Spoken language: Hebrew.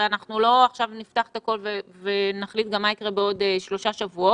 אנחנו לא נפתח עכשיו את הכול ונחליט גם מה יקרה בעוד שלושה שבועות,